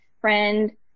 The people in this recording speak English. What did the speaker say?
friend